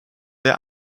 der